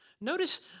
Notice